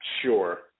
Sure